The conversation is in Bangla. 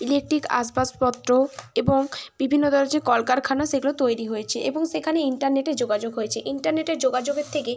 ইলেকট্রিক আসবাবপত্র এবং বিভিন্ন ধরনের যে কলকারখানা সেগুলো তৈরি হয়েছে এবং সেখানে ইন্টারনেটের যোগাযোগ হয়েছে ইন্টারনেটের যোগাযোগের থেকে